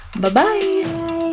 Bye-bye